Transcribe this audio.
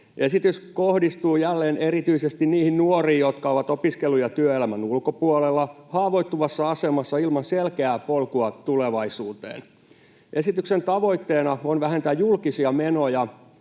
Esitys kohdistuu jälleen erityisesti niihin nuoriin, jotka ovat opiskelu- ja työelämän ulkopuolella, haavoittuvassa asemassa ilman selkeää polkua tulevaisuuteen. Esityksen tavoitteena on vähentää julkisia menoja,